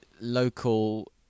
local